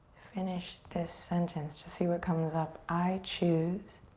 finish this sentence, just see what comes up, i choose.